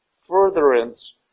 furtherance